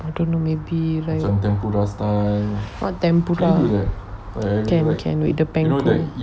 I don't know maybe like not tempura can can wait the pan